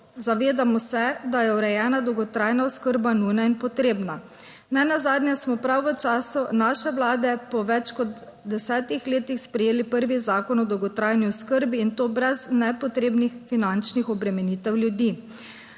Zavedamo se, da je urejena dolgotrajna oskrba nujna in potrebna. Nenazadnje smo prav v času naše vlade po več kot desetih letih sprejeli prvi zakon o dolgotrajni oskrbi, in to brez nepotrebnih finančnih obremenitev ljudi.